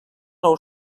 nou